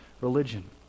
religion